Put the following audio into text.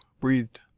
breathed